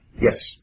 Yes